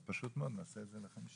אז פשוט מאוד נעשה את זה ל-50,000.